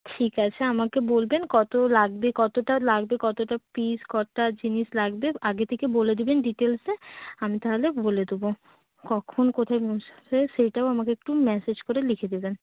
ঠিক আছে আমাকে বলবেন কতো লাগবে কতোটা লাগবে কতোটা পিস কটা জিনিস লাগবে আগে থেকে বলে দেবেন ডিটেলসে আমি তাহলে বলে দোবো কখন কোথায় পৌঁছাবে সেইটাও আমাকে একটুন ম্যাসেজ করে লিখে দিবেন